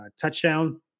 touchdown